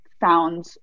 found